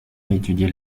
étudié